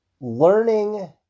Learning